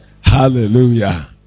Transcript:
hallelujah